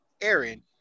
Aaron